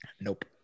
Nope